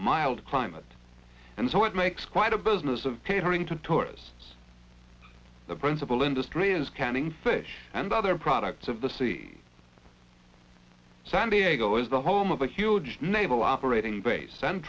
mild climate and so it makes quite a business of catering to tourists the principal industry is canning fish and other products of the sea san diego is the home of the huge naval operating base